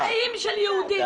--- על חיים של יהודים.